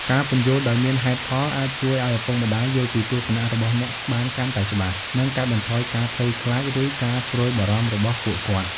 ការពន្យល់ដោយមានហេតុផល អាចជួយឲ្យឪពុកម្ដាយយល់ពីទស្សនៈរបស់អ្នកបានកាន់តែច្បាស់ និងកាត់បន្ថយការភ័យខ្លាច ឬការព្រួយបារម្ភរបស់ពួកគាត់។